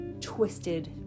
twisted